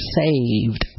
saved